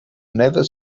never